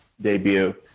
debut